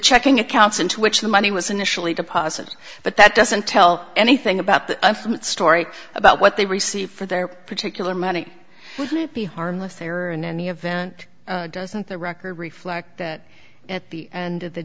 checking accounts and to which the money was initially deposited but that doesn't tell anything about the story about what they received for their particular money can it be harmless error in any event doesn't the record reflect that at the end of the